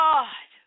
God